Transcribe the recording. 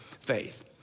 faith